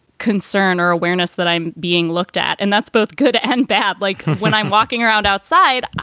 concern or awareness that i'm being looked at. and that's both good and bad. like when i'm walking around outside,